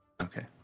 Okay